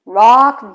rock